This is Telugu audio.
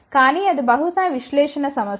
కానీ అది బహుశా విశ్లేషణ సమస్య